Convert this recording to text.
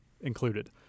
included